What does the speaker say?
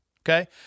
okay